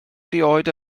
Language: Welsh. erioed